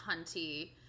hunty